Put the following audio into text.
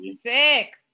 sick